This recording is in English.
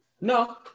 No